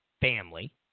family